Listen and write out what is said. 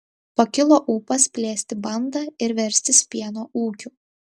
pakilo ūpas plėsti bandą ir verstis pieno ūkiu